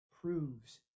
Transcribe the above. proves